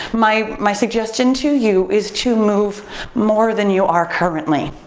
my my suggestion to you is to move more than you are currently.